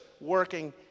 working